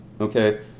okay